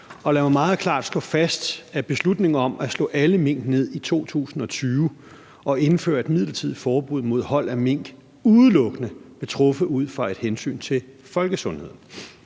Lad mig meget klart slå fast, at beslutningen om at slå alle mink ned i 2020 og indføre et midlertidigt forbud mod hold af mink udelukkende blev truffet ud fra et hensyn til folkesundheden.